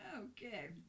Okay